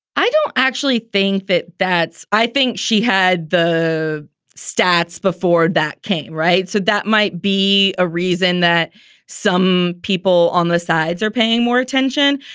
i do actually think that that's i think she had the stats before that came right said that might be a reason that some people on the sides are paying more attention.